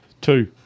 Two